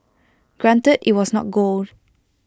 granted IT was not gold